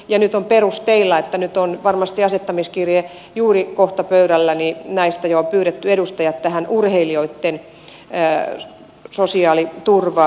ja nyt on perusteilla nyt on varmasti asettamiskirje juuri kohta pöydälläni on pyydetty edustajat tähän urheilijoitten sosiaaliturvatyöryhmään